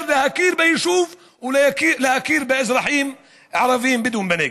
להכיר ביישוב ולהכיר באזרחים ערבים בדואים בנגב.